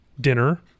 dinner